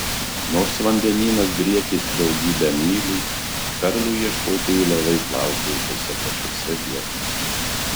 nors vandenynas driekėsi daugybę mylių perlų ieškotojų laivai plaukiojo tose pačiose vietose